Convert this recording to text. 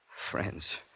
Friends